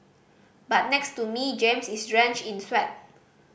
but next to me James is drenched in sweat